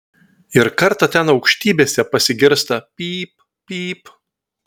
ir kartą ten aukštybėse pasigirsta pyp pyp